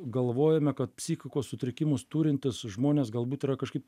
galvojame kad psichikos sutrikimus turintys žmonės galbūt yra kažkaip